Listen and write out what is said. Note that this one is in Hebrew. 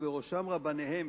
ובראשן רבניהן,